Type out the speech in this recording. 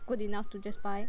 good enough to just buy